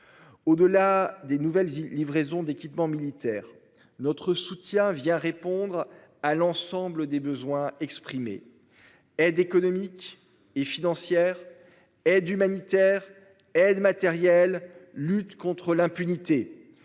Au delà des nouvelles livraisons d'équipements militaires notre soutien vient répondre à l'ensemble des besoins exprimés. Aide économique et financière. Aide humanitaire et aide matérielle, lutte contre l'impunité.